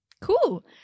Cool